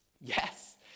yes